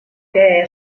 que